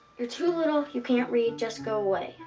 you're too little. you can't read. just go away.